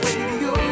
Radio